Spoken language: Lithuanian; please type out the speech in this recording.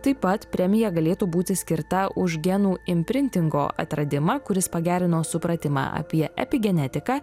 taip pat premija galėtų būti skirta už genų imprintingo atradimą kuris pagerino supratimą apie epigenetiką